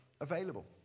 available